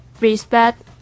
respect